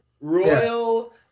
Royal